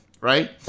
right